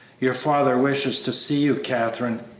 your father wishes to see you, katherine,